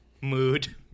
Mood